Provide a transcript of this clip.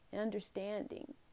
understanding